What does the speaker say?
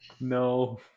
No